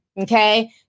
okay